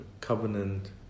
covenant